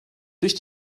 durch